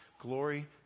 Glory